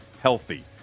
healthy